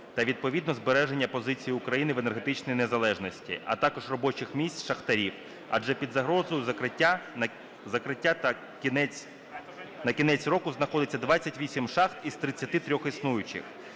та відповідно збереження позицій України в енергетичній незалежності, а також робочих місць шахтарів, адже під загрозою закриття та на кінець року знаходиться 28 шахт із 33 існуючих?